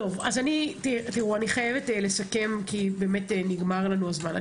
אני חייבת לסכם כי נגמר לנו הזמן.